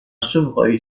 chevreuil